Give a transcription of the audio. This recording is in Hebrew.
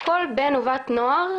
כל בן או בת נוער,